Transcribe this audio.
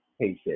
patient